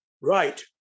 Right